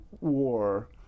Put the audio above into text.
war